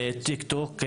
טיקטוק,